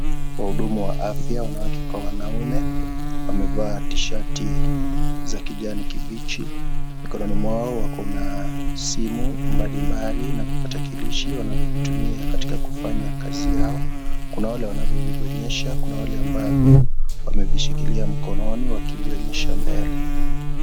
Wahudumu wa afya wanawake kwa wanaume wamevaa t-shati za kijani kibichi. Mikononi mwao wako na simu mbalimbali na vipatarakilishi wanavyovitumia katika kufanya kazi yao. Kuna wale wanavyovibonyeza, kuna wale ambao wamevishikilia mkononi wakivionyesha mbele.